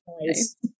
nice